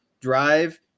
drive